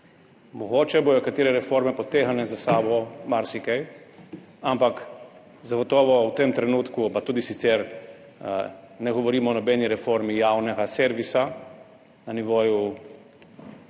Mogoče bodo katere reforme potegnile za sabo marsikaj, ampak zagotovo v tem trenutku, pa tudi sicer ne govorimo o nobeni reformi javnega servisa na nivoju